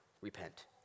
Repent